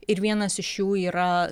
ir vienas iš jų yra